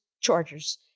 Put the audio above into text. chargers